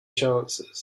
chances